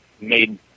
made